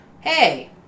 hey